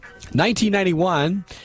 1991